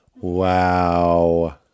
Wow